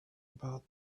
about